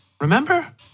Remember